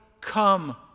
come